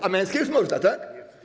A męskie już można, tak?